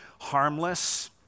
harmless